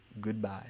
goodbye